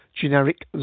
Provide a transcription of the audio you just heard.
generic